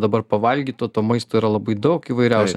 dabar pavalgyt o to maisto yra labai daug įvairiausio